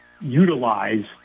utilize